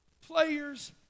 Player's